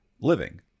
living